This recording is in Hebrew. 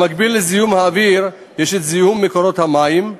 במקביל לזיהום האוויר יש זיהום מקורות המים,